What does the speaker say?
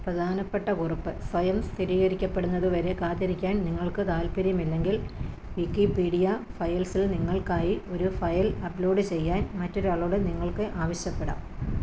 പ്രധാനപ്പെട്ട കുറിപ്പ് സ്വയം സ്ഥിരീകരിക്കപ്പെടുന്നതുവരെ കാത്തിരിക്കാൻ നിങ്ങൾക്ക് താത്പര്യമില്ലെങ്കിൽ വിക്കിപീഡിയ ഫയൽസിൽ നിങ്ങൾക്കായി ഒരു ഫയൽ അപ്ലോഡ് ചെയ്യാൻ മറ്റൊരാളോടു നിങ്ങൾക്ക് ആവശ്യപ്പെടാം